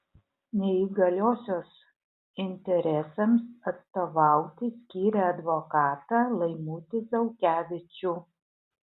neįgaliosios interesams atstovauti skyrė advokatą laimutį zaukevičių